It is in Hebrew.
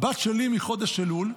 והבת שלי מחודש אלול,